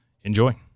Enjoy